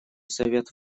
совет